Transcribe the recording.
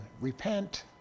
repent